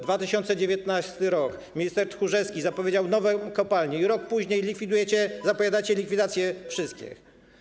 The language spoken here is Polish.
2019 r. - minister Tchórzewski zapowiedział nowe kopalnie i rok później likwidujecie, zapowiadacie likwidację wszystkich.